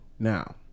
Now